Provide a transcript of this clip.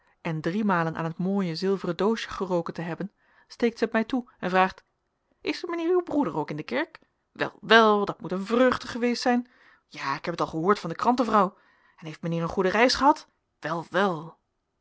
en driemalen aan het mooie zilveren doosje geroken te hebben steekt zij het mij toe en vraagt is mijnheer uw broeder ook in de kerk wel wel dat moet een vreugde geweest zijn ja ik heb het al gehoord van de krantenvrouw en heeft mijnheer een goede reis gehad wel wel